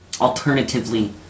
Alternatively